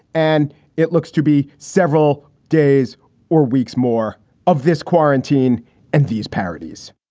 and it looks to be several days or weeks more of this quarantine and these parodies